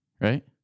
right